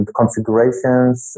configurations